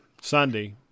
Sunday